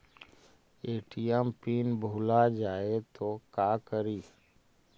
ATM PIN भुला जाए तो का करी?